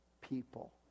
people